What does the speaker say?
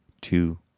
two